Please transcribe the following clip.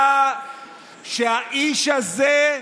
קרה שהאיש הזה,